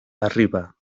arriba